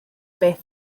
beth